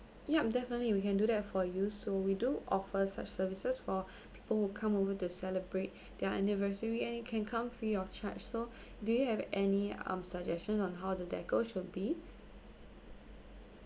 yup definitely we can do that for you so we do offer such services for people who come over to celebrate their anniversary and it can come free of charge so do you have any um suggestions on how the deco should be